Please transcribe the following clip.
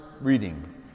reading